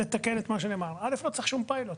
צריך שום פיילוט,